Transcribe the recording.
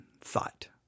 thought